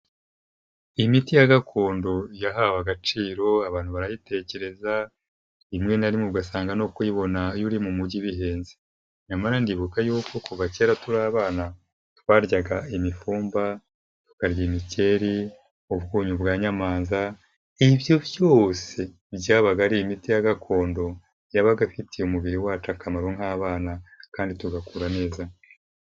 Imiti ya gakondo yahawe agaciro abantu barayitekereza rimwe na rimwe ugasanga no kuyibona iyo uri mu mujyi bihenze, nyamara ndibuka yuko kuva kera turi abana twaryaga imifumba, tukarya imikeri, ubwunyu bwa nyamanza, ibyo byose byabaga ari imiti ya gakondo yabaga afitiye umubiri wacu akamaro nk'abana kandi tugakura neza.